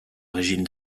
régime